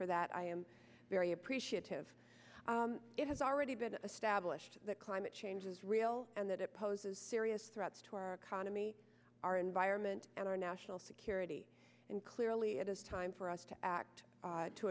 for that i am very appreciative it has already been established that climate change is real and that it poses serious threats to our economy our environment and our national security and clearly it is time for us to act